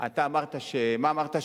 אתה אמרת, מה אמרת?